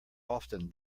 often